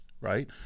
right